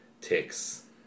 ticks